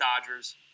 Dodgers